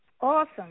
awesome